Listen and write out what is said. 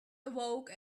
awoke